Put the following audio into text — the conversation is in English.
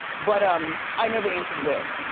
but um i know the answer to this.